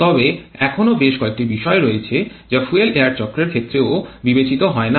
তবে এখনও বেশ কয়েকটি বিষয় রয়েছে যা ফুয়েল এয়ার চক্রের ক্ষেত্রেও বিবেচিত হয় না